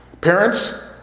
Parents